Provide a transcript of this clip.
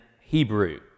Hebrew